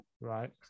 Right